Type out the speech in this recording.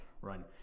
run